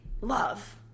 love